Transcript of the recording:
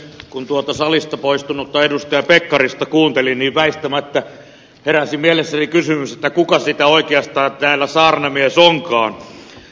kun tuota salista poistunutta edustaja pekkarista kuunteli niin väistämättä heräsi mielessäni kysymys kuka sitä oikeastaan täällä saarnamies onkaan